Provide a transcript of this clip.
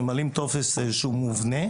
ממלאים טופס שהוא מובנה,